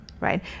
right